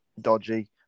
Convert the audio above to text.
Dodgy